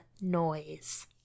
noise